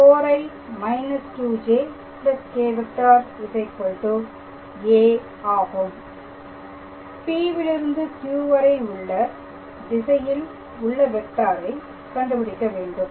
P விலிருந்து Q வரை உள்ள திசையில் உள்ள வெக்டாரை கண்டுபிடிக்க வேண்டும்